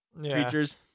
creatures